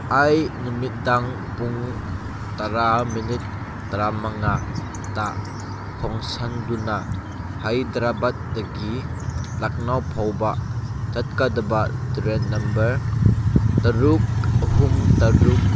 ꯑꯩ ꯅꯨꯃꯤꯗꯥꯡ ꯄꯨꯡ ꯇꯔꯥ ꯃꯤꯅꯤꯠ ꯇꯔꯥ ꯃꯉꯥꯗ ꯈꯣꯡꯁꯥꯟꯗꯨꯅ ꯍꯩꯗ꯭ꯔꯥꯕꯥꯗꯇꯒꯤ ꯂꯛꯅꯧ ꯐꯥꯎꯕ ꯆꯠꯀꯗꯕ ꯇ꯭ꯔꯦꯟ ꯅꯝꯕꯔ ꯇꯔꯨꯛ ꯑꯍꯨꯝ ꯇꯔꯨꯛ